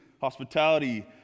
hospitality